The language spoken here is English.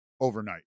overnight